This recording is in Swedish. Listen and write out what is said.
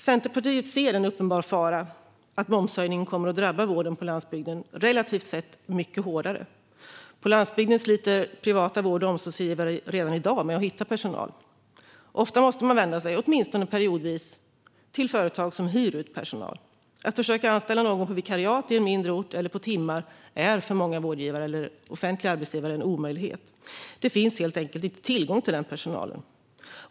Centerpartiet ser en uppenbar fara att momshöjningen kommer att drabba vården på landsbygden relativt sett mycket hårdare. På landsbygden sliter privata vård och omsorgsgivare redan i dag med att hitta personal. Ofta måste man vända sig, åtminstone periodvis, till företag som hyr ut personal. Att försöka anställa någon på vikariat eller på timmar i en mindre ort är för många vårdgivare eller offentliga arbetsgivare en omöjlighet. Det finns helt enkelt inte tillgång till den personalen.